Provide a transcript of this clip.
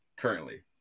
currently